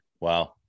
Wow